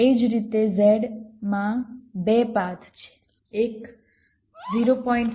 એ જ રીતે z માં 2 પાથ છે એક 0